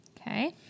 Okay